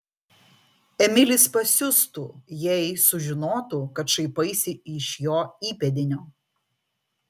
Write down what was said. emilis pasiustų jei sužinotų kad šaipaisi iš jo įpėdinio